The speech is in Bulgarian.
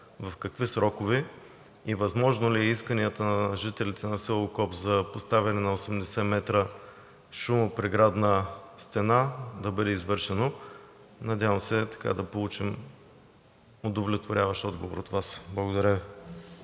в какви срокове и възможно ли е искането на жителите на село Окоп за поставяне на 80 метра шумопреградна стена да бъде изпълнено. Надявам се да получим удовлетворяващ отговор от Вас. Благодаря Ви.